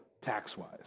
tax-wise